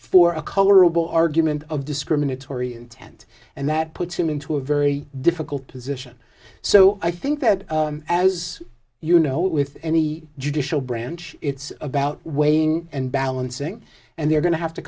for a colorable argument of discriminatory intent and that puts him into a very difficult position so i think that as you know with any judicial branch it's about weighing and balancing and they're going to have to